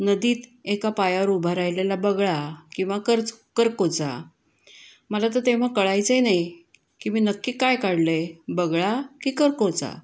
नदीत एका पायावर उभा राहिलेला बगळा किंवा खर्च करकोचा मला तर तेव्हा कळायचंही नाही की मी नक्की काय काढलं आहे बगळा की करकोचा